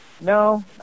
No